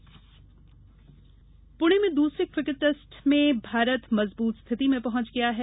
cricket Pune में दूसरे cricket test में भारत मजबूत स्थिति में पहुंच गया है